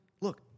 look